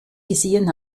gesehen